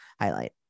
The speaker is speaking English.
highlight